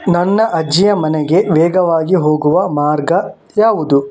ನನ್ನ ಅಜ್ಜಿಯ ಮನೆಗೆ ವೇಗವಾಗಿ ಹೋಗುವ ಮಾರ್ಗ ಯಾವುದು